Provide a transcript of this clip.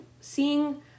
seeing